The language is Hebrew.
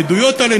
העדויות האלה,